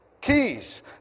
Keys